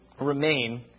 remain